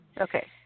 Okay